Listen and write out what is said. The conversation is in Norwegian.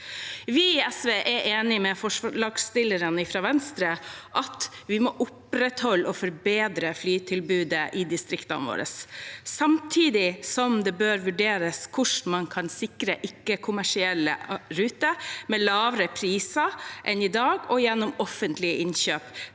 Vi i SV er enige med forslagsstillerne fra Venstre i at vi må opprettholde og forbedre flytilbudet i distriktene våre, samtidig som det bør vurderes hvordan man kan sikre ikke-kommersielle ruter med lavere priser enn i dag og gjennom offentlige innkjøp